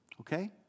okay